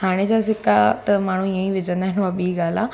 हाणे जा सिका त माण्हू ईअं ई विझंदा आहिनि उहा ॿी ॻाल्हि आहे